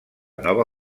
nova